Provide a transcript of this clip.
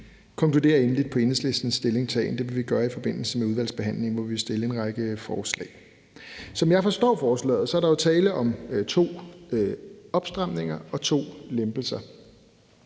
dag konkludere endeligt på Enhedslistens stillingtagen. Det vil vi gøre i forbindelse med udvalgsbehandlingen, hvor vi vil stille en række forslag. Som jeg forstår forslaget, er der tale om to opstramninger og to lempelser.